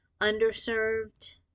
underserved